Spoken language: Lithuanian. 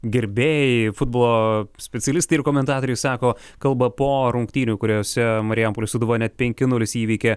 gerbėjai futbolo specialistai ir komentatoriai sako kalba po rungtynių kuriose marijampolės sūduva net penki nulis įveikė